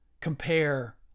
compare